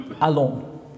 alone